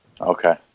Okay